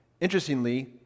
interestingly